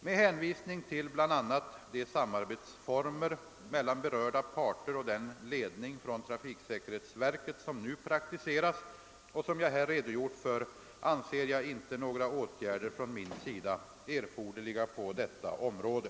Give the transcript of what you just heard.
Med hänvisning till bl.a. de samarbetsformer mellan berörda parter och den ledning från trafiksäkerhetsverket som nu praktiseras och som jag här redogjort för anser jag inte några åtgärder från min sida erforderliga på detta område.